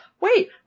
Wait